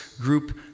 group